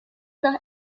dos